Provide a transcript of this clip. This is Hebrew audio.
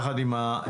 יחד עם המפכ"ל.